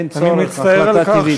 אני מצטער על כך